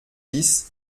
dix